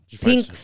Pink